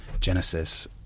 Genesis